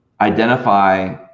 identify